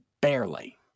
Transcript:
Barely